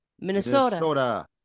Minnesota